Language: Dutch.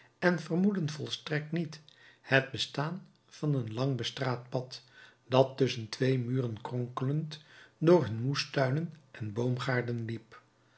en vermoedden volstrekt niet het bestaan van een lang bestraat pad dat tusschen twee muren kronkelend door hun moestuinen en boomgaarden liep